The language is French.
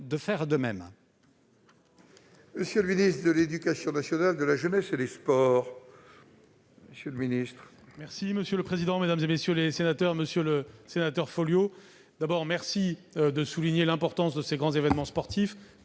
de faire de même